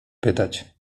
pytać